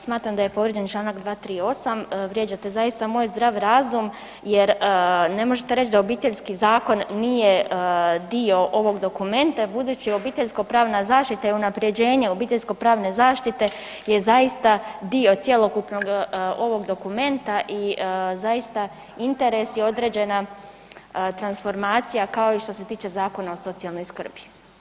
Smatram da je povrijeđen Članak 238., vrijeđate zaista moj zdrav razum jer ne možete reći da Obiteljski zakon nije dio ovog dokumenta budući obiteljsko pravna zaštita i unapređenje obiteljsko pravne zaštite je zaista dio cjelokupnog ovog dokumenta i zaista interes i određena transformacija kao i što se tiče Zakona o socijalnoj skrbi.